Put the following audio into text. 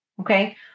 Okay